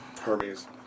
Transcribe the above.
Hermes